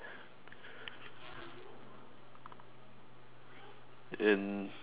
and